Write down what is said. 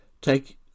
take